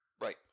Right